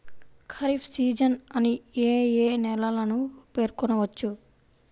Kharif season అని ఏ ఏ నెలలను పేర్కొనవచ్చు?